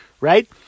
right